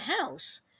house